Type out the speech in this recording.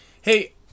Hey